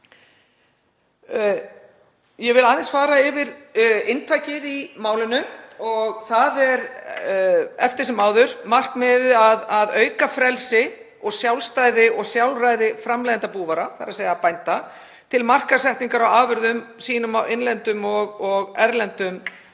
Ég vil aðeins fara yfir inntakið í málinu og það er eftir sem áður markmiðið að auka frelsi og sjálfstæði og sjálfræði framleiðenda búvara, þ.e. bænda, til markaðssetningar á afurðum sínum á innlendum og erlendum